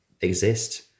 exist